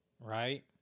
right